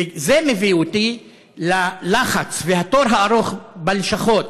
וזה מביא אותי ללחץ ולתור הארוך בלשכות.